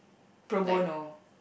pro bono